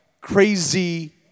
crazy